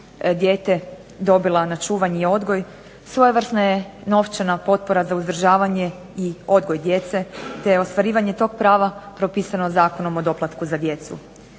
dijete dobila na odgoj i čuvanje, svojevrsna je novčana potpora za uzdržavanje i odgoj djece, te ostvarivanje tog prava propisano zakonom o doplatku za djecu.